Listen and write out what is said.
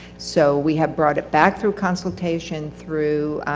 so we have brought it back through consultation, through